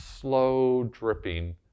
slow-dripping